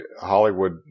Hollywood